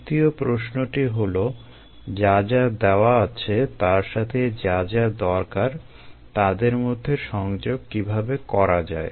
তৃতীয় প্রশ্নটি হলো যা যা দেওয়া আছে তার সাথে যা যা দরকার তাদের মধ্যে সংযোগ কীভাবে করা যায়